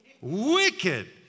wicked